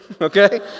okay